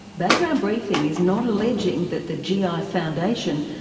background briefing is not alleging that the gi ah foundation,